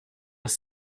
das